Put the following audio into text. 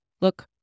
look